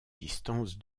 distance